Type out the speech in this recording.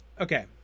okay